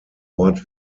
ort